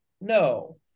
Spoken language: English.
No